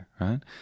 right